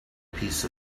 piece